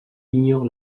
ignore